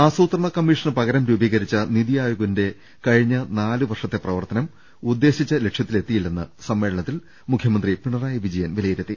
ആസൂത്രണ കമ്മീഷന് പകരം രൂപീകരിച്ച നിതി ആയോ ഗിന്റെ കഴിഞ്ഞ നാലുവർഷത്തെ പ്രവർത്തനം ഉദ്ദേശിച്ച ലക്ഷ്യത്തിലെത്തിയില്ലെന്ന് സമ്മേളനത്തിൽ മുഖ്യമന്ത്രി പിണ റായി വിജയൻ വിലയിരുത്തി